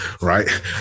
Right